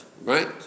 right